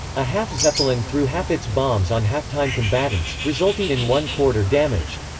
a half-zeppelin threw half its bombs on half-time combatants, resulting in one-quarter damaged.